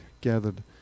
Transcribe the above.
gathered